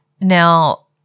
Now